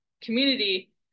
community